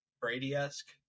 Brady-esque